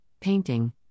painting